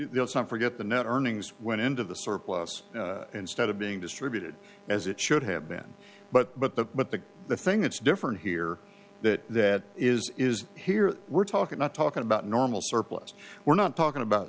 time forget the net earnings went into the surplus instead of being distributed as it should have been but but the but the the thing that's different here that that is is here we're talking not talking about normal surplus we're not talking about